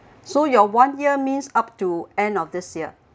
so your one year means up to end of this year